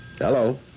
Hello